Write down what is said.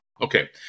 okay